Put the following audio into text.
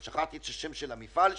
שכחתי את שם המפעל שם,